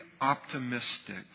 optimistic